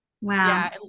Wow